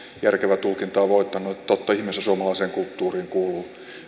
järkevä tulkinta on voittanut että totta ihmeessä suomalaiseen kulttuuriin kuuluu